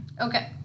Okay